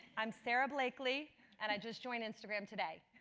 i'm sara blakely and i just joined instagram today,